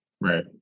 Right